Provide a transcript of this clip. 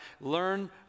learn